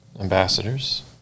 ambassadors